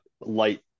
light